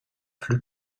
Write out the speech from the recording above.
plus